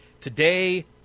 Today